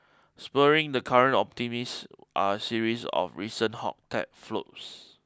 spurring the current optimism are a series of recent hot tech floats